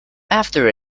after